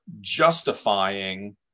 justifying